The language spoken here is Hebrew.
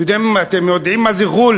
אתם יודעים מה זה "ע'ול"?